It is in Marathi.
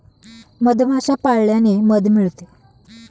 मधमाश्या पाळल्याने मध मिळते